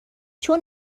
چون